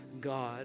God